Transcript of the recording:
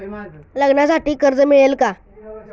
लग्नासाठी कर्ज मिळेल का?